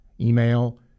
email